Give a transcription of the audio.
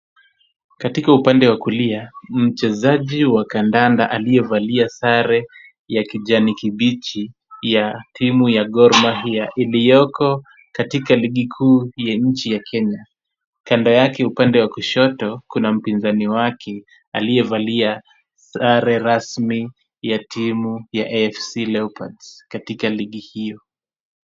Katika upande wa kulia, mchezaji wa kandanda aliyevalia sare ya kijani kibichi ya timu ya Gor Mahia iliyoko katika ligi kuu ya nchi ya Kenya. Kando yake upande wa kushoto, kuna mpinzani wake aliyevalia sare rasmi ya timu ya AFC Leopards katika ligi hiyo.